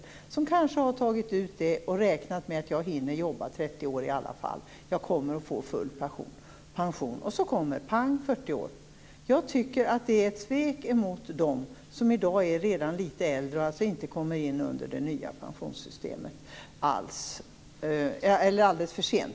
De har kanske tagit ut sina nollår och har räknat med att hinna jobba 30 år för att full pension. Så kommer: Pang - 40 år! Det är ett svek mot dem som redan är litet äldre och som kommer in i det nya pensionssystemet för sent.